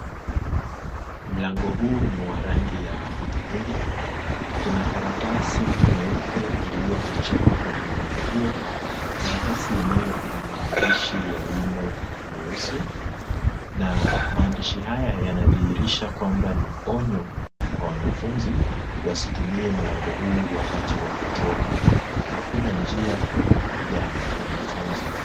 Mlango huu ni wa rangi ya hudhurungi. Kuna karatasi nyeupe iliyopachikwa kwenye mlango huo, karatasi yenyewe ina maandishi ya wino mweusi, na maandishi haya yanaashiria kwamba ni onyo kwa wanafunzi, wasitumie mlango huu wakati wa kutoka. Hakuna njia ya wanafunzi.